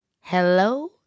Hello